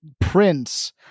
prince